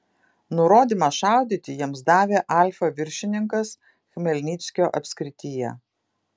nurodymą šaudyti jiems davė alfa viršininkas chmelnyckio apskrityje